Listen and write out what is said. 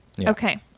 okay